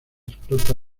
explota